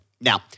Now